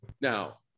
Now